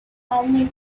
and